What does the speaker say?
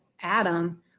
Adam